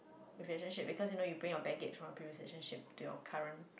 relationship because you know you bring your baggage from previous relationship to you current